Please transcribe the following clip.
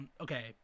Okay